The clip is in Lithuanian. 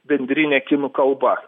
bendrine kinų kalba